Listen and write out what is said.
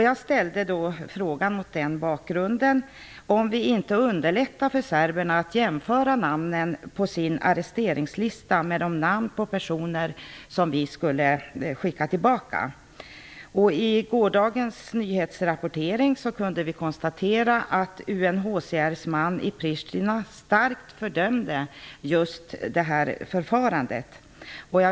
Mot denna bakgrund ställer jag frågan om vi inte underlättar för serberna att jämföra namnen på den arresteringslista som innehåller namn på de personer som vi skulle sända tillbaka. I gårdagens nyhetsrapportering kunde man konstatera att UNHCR:s man i Pristina starkt fördömde just detta förfarande.